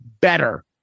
better